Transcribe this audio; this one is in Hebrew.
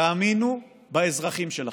תאמינו באזרחים שלכם.